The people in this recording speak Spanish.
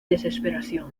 desesperación